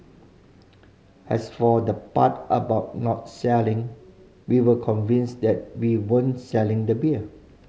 as for the part about not selling we were convinced that we weren't selling the beer